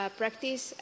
practice